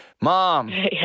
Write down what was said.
mom